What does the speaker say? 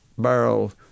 barrel